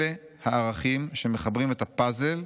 אלה הערכים שמחברים את הפאזל,